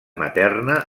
materna